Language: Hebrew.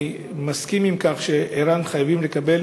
אני מסכים עם כך שער"ן חייבים לקבל